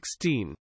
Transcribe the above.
16